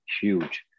huge